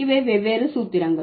இவை வெவ்வேறு சூத்திரங்கள்